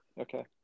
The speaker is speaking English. Okay